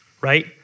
right